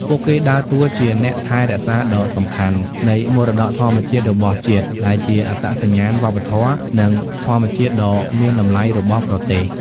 ពួកគេដើរតួជា អ្នកថែរក្សាដ៏សំខាន់ នៃមរតកធម្មជាតិរបស់ជាតិ ដែលជាអត្តសញ្ញាណវប្បធម៌ និងធម្មជាតិដ៏មានតម្លៃរបស់ប្រទេស។